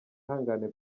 mwamagane